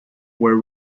where